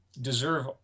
deserve